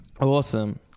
Awesome